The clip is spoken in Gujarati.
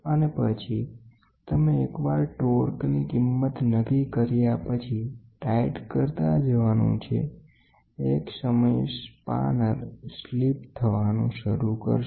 અને પછી તમે એકવાર ટોર્ક ની કિંમત નક્કી કર્યા પછી ટાઈટ કરતા જવાનું છે એક સમયે પાનું સ્લીપ થવાનું શરૂ કરશે